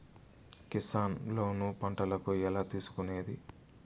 Kisan loan పంటలకు ఎలా తీసుకొనేది?